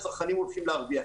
וצרכנים הולכים להרוויח.